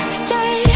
stay